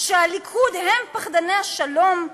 שהליכוד הם פחדני השלום,